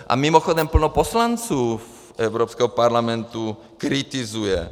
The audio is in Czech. A mimochodem plno poslanců Evropského parlamentu kritizuje.